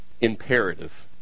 imperative